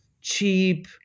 cheap